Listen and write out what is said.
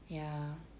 ya